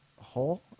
hole